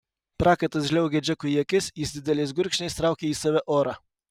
prakaitas žliaugė džekui į akis jis dideliais gurkšniais traukė į save orą